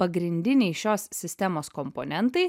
pagrindiniai šios sistemos komponentai